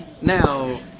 Now